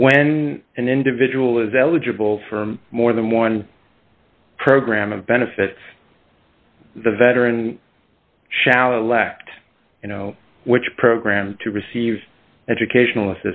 when an individual is eligible for more than one program of benefits the veteran shall elect you know which program to receive educational